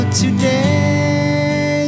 today